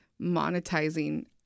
monetizing